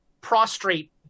prostrate